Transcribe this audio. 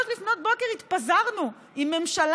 ב-02:00, 03:00, לפנות בוקר התפזרנו עם ממשלה